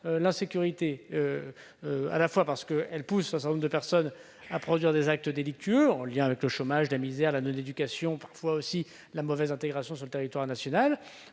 l'insécurité, d'autre part : ces facteurs poussent un certain nombre de personnes à commettre des actes délictueux en lien avec le chômage, la misère, la non-éducation et, parfois, la mauvaise intégration sur le territoire national,